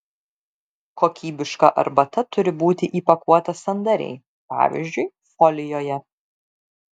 kokybiška arbata turi būti įpakuota sandariai pavyzdžiui folijoje